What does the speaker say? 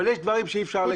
אבל יש דברים שאי אפשר לקבל.